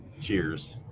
Cheers